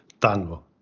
tango